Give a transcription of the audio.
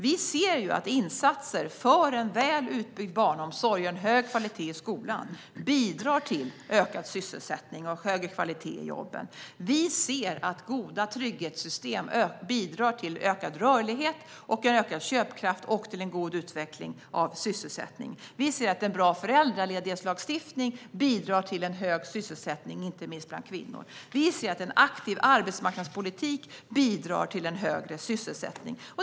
Vi ser att insatser för en väl utbyggd barnomsorg och en hög kvalitet i skolan bidrar till ökad sysselsättning och högre kvalitet i jobben. Vi ser att goda trygghetssystem bidrar till ökad rörlighet, ökad köpkraft och en god utveckling av sysselsättningen. Vi ser att en bra föräldraledighetslagstiftning bidrar till en hög sysselsättning, inte minst bland kvinnor. Vi ser att en aktiv arbetsmarknadspolitik bidrar till en högre sysselsättning.